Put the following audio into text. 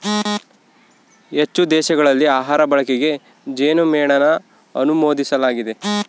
ಹೆಚ್ಚಿನ ದೇಶಗಳಲ್ಲಿ ಆಹಾರ ಬಳಕೆಗೆ ಜೇನುಮೇಣನ ಅನುಮೋದಿಸಲಾಗಿದೆ